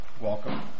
welcome